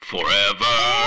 Forever